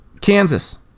Kansas